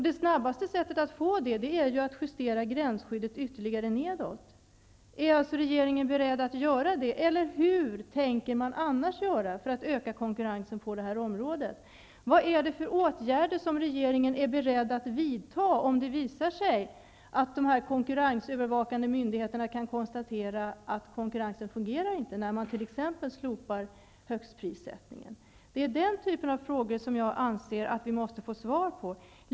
Det snabbaste sättet att få det är ju att justera gränsskyddet nedåt. Är regeringen alltså beredd att göra det, eller hur tänker man annars göra för att öka konkurrensen på det här området? Det är den typen av frågor som jag anser att vi måste få svar på.